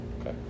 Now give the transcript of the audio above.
Okay